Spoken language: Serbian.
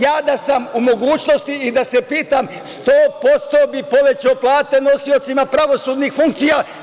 Ja da sam u mogućnosti i da se pitam, 100% bih povećao plate nosiocima pravosudnih funkcija.